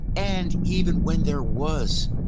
and even when there was,